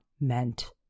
meant